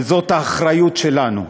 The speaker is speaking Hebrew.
וזאת האחריות שלנו.